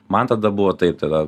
man tada buvo taip tada